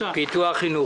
פיתוח חינוך.